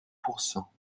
pourcent